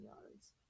yards